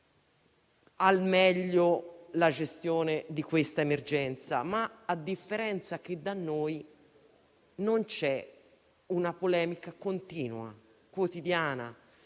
al meglio, la gestione di questa emergenza, ma a differenza che da noi non c'è una polemica continua, quotidiana.